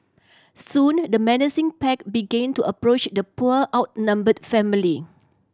soon the menacing pack begin to approach the poor outnumbered family